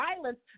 violence